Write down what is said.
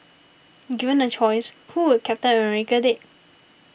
given a choice who would Captain America date